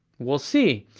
we'll see.